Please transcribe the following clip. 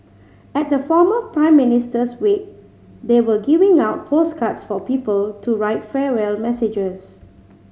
at the former Prime Minister's wake they were giving out postcards for people to write farewell messages